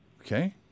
Okay